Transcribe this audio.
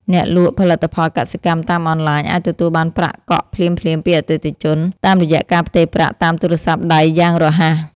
អ្នកលក់ផលិតផលកសិកម្មតាមអនឡាញអាចទទួលបានប្រាក់កក់ភ្លាមៗពីអតិថិជនតាមរយៈការផ្ទេរប្រាក់តាមទូរស័ព្ទដៃយ៉ាងរហ័ស។